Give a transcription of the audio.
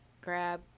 grab